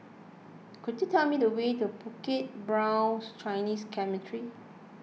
could you tell me the way to Bukit Brown Chinese Cemetery